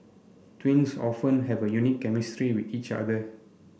twins often have a unique chemistry with each other